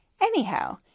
Anyhow